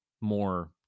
more